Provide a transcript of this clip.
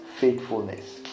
faithfulness